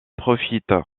profite